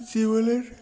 জীবনের